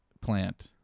plant